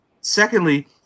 secondly